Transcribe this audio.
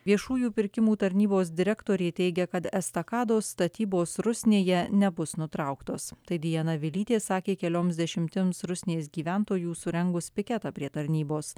viešųjų pirkimų tarnybos direktorė teigia kad estakados statybos rusnėje nebus nutrauktos tai diana vilytė sakė kelioms dešimtims rusnės gyventojų surengus piketą prie tarnybos